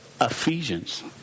Ephesians